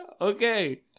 Okay